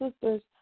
sisters